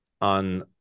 on